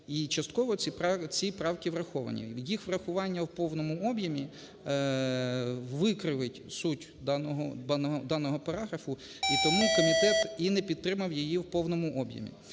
частково ці правки враховані. Їх врахування в повному об'ємі викривить суть даного параграфу. І тому комітет і не підтримав її в повному об'ємі.